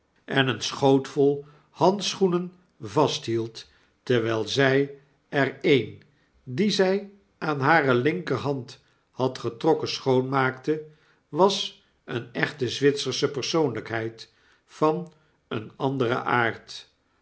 en een schootvol handschoenen vasthield terwyl zij er een dien zij aan hare linkerhand had getrokken schoonmaakte was eene echte zwitsersche persooniykheid van een anderen aard